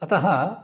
अतः